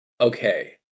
okay